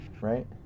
right